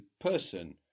person